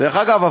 דרך אגב,